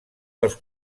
dels